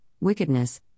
wickedness